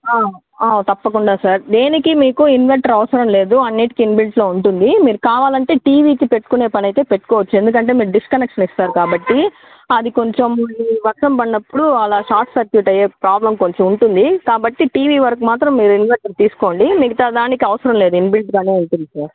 తప్పకుండా సార్ దేనికి మీకు ఇన్వర్టర్ అవసరం లేదు అనింటికి ఇన్బిల్ట్లో ఉంటుంది మీరు కావాలంటే టీవీకి పెట్టుకునే పని అయితే పెట్టుకోవచ్చు ఎందుకంటే మీరు డిస్కనెక్షన్ ఇస్తారు కాబట్టి అది కొంచెం మళ్ళీ వర్షం పడినప్పుడు అలా షార్ట్ సర్క్యూట్ అయ్యే ప్రాబ్లెమ్ కొంచెం ఉంటుంది కాబట్టి టీవీ వరకు మాత్రం మీరు ఇన్వర్టర్ తీసుకోండి మిగతా దానికి అవసరం లేదు ఇన్బిల్ట్గానే ఉంటుంది సార్